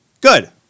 Good